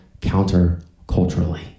counter-culturally